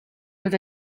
but